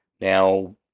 Now